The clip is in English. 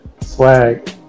Swag